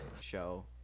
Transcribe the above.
show